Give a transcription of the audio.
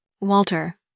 Walter